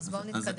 אז בואו נתקדם.